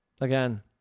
Again